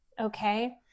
Okay